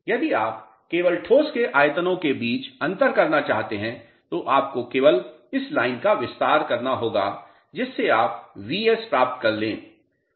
यदि आप केवल ठोस के आयतनों के बीच अंतर करना चाहते हैं तो आपको केवल इस लाइन का विस्तार करना होगा जिससे आप Vs प्राप्त करलें